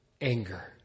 anger